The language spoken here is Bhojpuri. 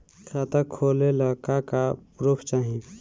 खाता खोलले का का प्रूफ चाही?